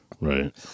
Right